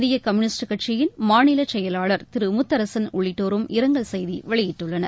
இந்திய கம்யூனிஸ்ட் கட்சியின் மாநிலச்செயலாளர் திரு முத்தரசன் உள்ளிட்டோரும் இரங்கல் செய்தி வெளியிட்டுள்ளனர்